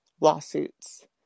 lawsuits